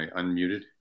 unmuted